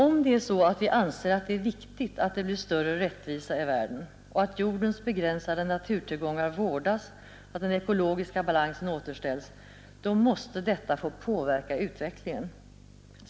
Anser vi att det är viktigt att det blir större rättvisa i världen och att jordens begränsade naturtillgångar vårdas och att den ekologiska balansen återställs, då måste detta få påverka utvecklingen.